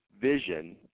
vision